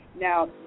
Now